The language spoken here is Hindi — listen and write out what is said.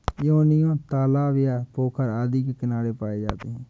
योनियों तालाब या पोखर आदि के किनारे पाए जाते हैं